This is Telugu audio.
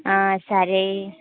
సరే